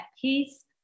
peace